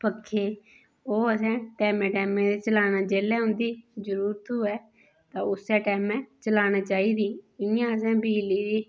पक्खे ओह् असें टाइमै टाइमै दे चलाने जेल्लै उंदी जरूरत होऐ तां उस्सै टाइमै चलाना चाहिदा इयां असें बिजली दी